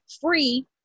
free